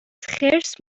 خرس